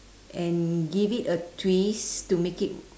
and give it a twist to make it